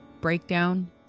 Breakdown